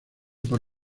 por